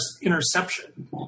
interception